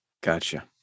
Gotcha